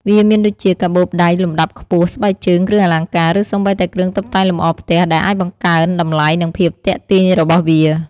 វាមានដូចជា កាបូបដៃលំដាប់ខ្ពស់ ស្បែកជើង គ្រឿងអលង្ការ ឬសូម្បីតែគ្រឿងតុបតែងលម្អផ្ទះ ដែលអាចបង្កើនតម្លៃ និងភាពទាក់ទាញរបស់វា។